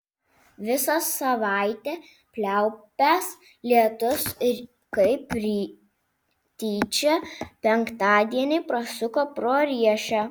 visą savaitę pliaupęs lietus kaip tyčia penktadienį prasuko pro riešę